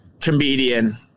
comedian